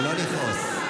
לא לכעוס.